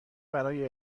برای